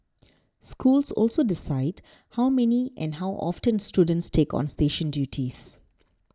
schools also decide how many and how often students take on station duties